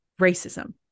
racism